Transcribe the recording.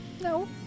No